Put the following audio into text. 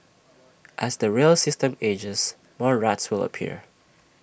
as the rail system ages more rats will appear